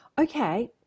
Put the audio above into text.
Okay